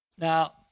Now